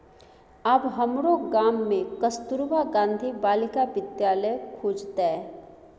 आब हमरो गाम मे कस्तूरबा गांधी बालिका विद्यालय खुजतै